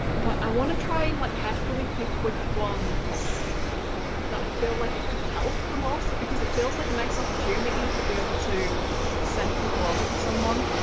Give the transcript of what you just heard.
but i want to try and like carefully pick which ones that i feel like it could help the most because it feels like a nice opportunity to be able to send people over to someone.